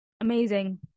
Amazing